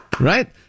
Right